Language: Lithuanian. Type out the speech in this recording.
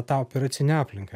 tą operacinę aplinką